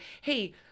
hey